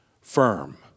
firm